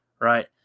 right